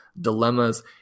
dilemmas